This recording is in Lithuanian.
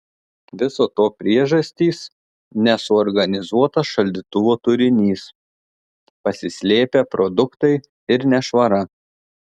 viso to priežastys nesuorganizuotas šaldytuvo turinys pasislėpę produktai ir nešvara